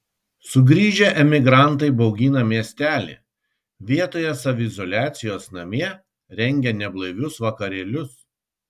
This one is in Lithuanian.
sugrįžę emigrantai baugina miestelį vietoje saviizoliacijos namie rengia neblaivius vakarėlius